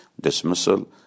dismissal